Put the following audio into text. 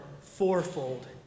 fourfold